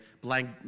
blank